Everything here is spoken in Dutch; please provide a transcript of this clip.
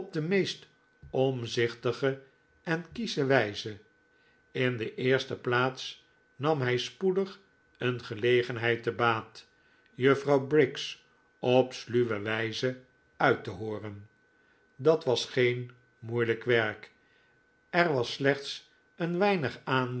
de meest omzichtige en kiesche wijze in de eerste plaats nam hij spoedig een gelegenheid te baat juffrouw briggs op sluwe wijze uit te hooren dat was geen moeilijk werk er was slechts een weinig